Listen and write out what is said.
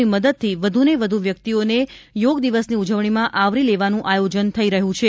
ની મદદથી વધુને વધુ વ્યક્તિઓને યોગ દિવસની ઉજવણીમાં આવરી લેવાનું આયોજન થઇ રહ્યું છે